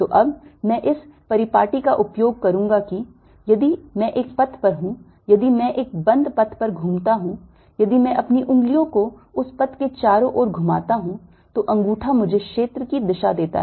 तो अब मैं इस परिपाटी का उपयोग करूंगा कि यदि मैं एक पथ पर हूं यदि मैं एक बंद पथ पर घूमता हूं यदि मैं अपनी उंगलियों को उस पथ के चारों ओर घुमाता हूं तो अंगूठा मुझे क्षेत्र की दिशा देता है